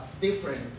different